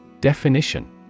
Definition